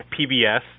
PBS